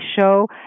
show